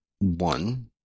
One